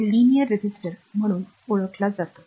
चा कायदा रेषीय प्रतिरोधक म्हणून ओळखला जातो